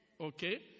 Okay